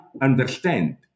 understand